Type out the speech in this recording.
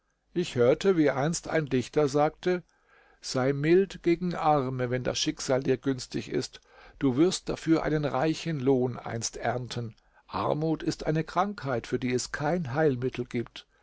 ich hörte wie einst ein dichter sagte sei mild gegen arme wenn das schicksal dir günstig ist du wirst dafür einen reichen lohn einst ernten armut ist eine krankheit für die es kein heilmittel gibt